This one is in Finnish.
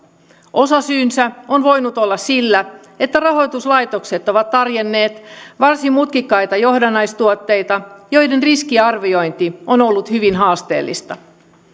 osasyynsä on voinut olla sillä että rahoituslaitokset ovat tarjonneet varsin mutkikkaita johdannaistuotteita joiden riskiarviointi on ollut hyvin haasteellista